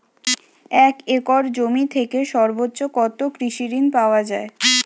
এক একর জমি থেকে সর্বোচ্চ কত কৃষিঋণ পাওয়া য়ায়?